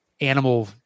animal